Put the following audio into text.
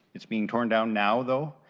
is being torn down now though,